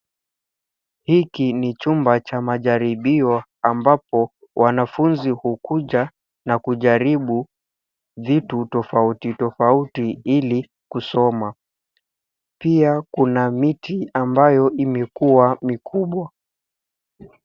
Hiki ni chumba cha majaribio ambapo wanafunzi hukuja na kujaribu vitu tofauti tofauti ili kusoma. Pia kuna miti ambayo imekua mikubwa.